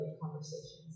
conversations